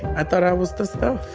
i thought i was the stuff